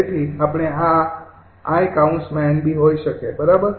તેથી આપણે આ 𝐼 𝑁𝐵 હોય શકે બરાબર